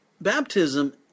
Baptism